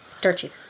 Dirty